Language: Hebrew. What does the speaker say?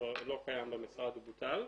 שכבר לא קיים במשרד, הוא בוטל,